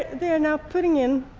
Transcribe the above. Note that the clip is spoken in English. they are now putting in,